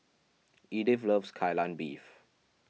Edyth loves Kai Lan Beef